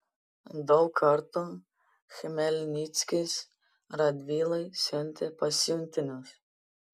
daug kartų chmelnickis radvilai siuntė pasiuntinius